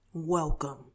Welcome